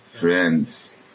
friends